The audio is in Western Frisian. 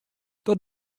dat